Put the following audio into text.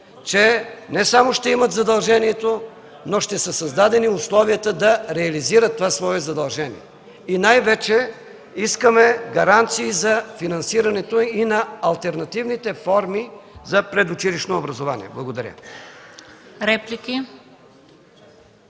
че не само ще имат задължението, но ще са създадени условията да реализират това свое задължение. И най-вече искаме гаранции за финансирането и на алтернативните форми за предучилищно образование. Благодаря.